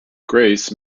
grace